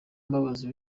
mbabazi